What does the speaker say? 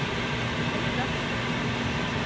ᱪᱮᱫ ᱮᱢ ᱢᱮᱱ ᱮᱫᱟ